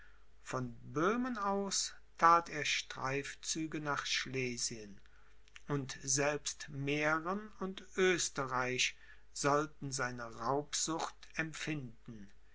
von böhmen aus that er streifzüge nach schlesien und selbst mähren und oesterreich sollten seine raubsucht empfinden